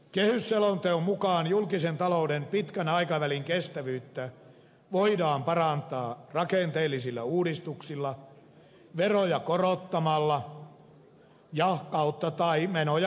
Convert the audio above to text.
kehysselonteon mukaan julkisen talouden pitkän aikavälin kestävyyttä voidaan parantaa rakenteellisilla uudistuksilla veroja korottamalla tai menoja leikkaamalla